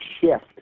shift